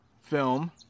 film